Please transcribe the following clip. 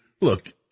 Look